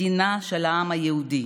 מדינה של העם היהודי,